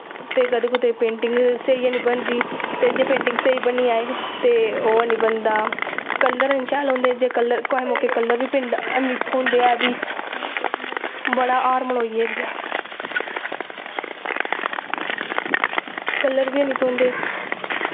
ते कदें कुतै पेंटिंग स्हेई हैनी बनदी ते जे पेंटिंग स्हेई बनी जाए ते ओह् हैनी बनदा कलर निं शैल होंदे जे कलर कुसै मौके कलर बी पिंडा हैनी थ्होंदे ऐ फ्ही बड़ा हार मनोई गेदी ऐ कलर बी हैनी थ्होंदे